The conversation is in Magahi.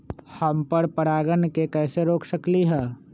हम पर परागण के कैसे रोक सकली ह?